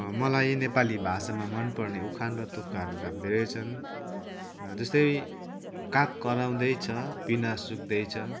मलाई नेपाली भाषामा मनपर्ने उखान र तुक्काहरू त अब धेरै छन् जस्तै काग कराउँदैछ पिना सुक्दैछ